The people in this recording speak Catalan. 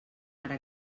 ara